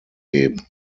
geben